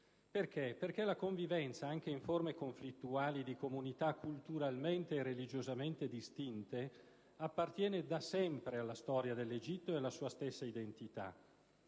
motivo? Perché la convivenza, anche in forme conflittuali, di comunità culturalmente e religiosamente distinte appartiene da sempre alla storia dell'Egitto e alla sua stessa identità.